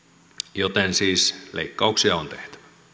joten siis leikkauksia on